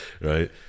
right